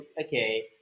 okay